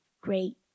great